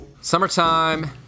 summertime